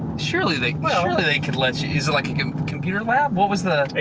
surely they could let you. is it like a computer lab, what was the?